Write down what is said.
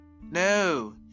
no